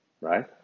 right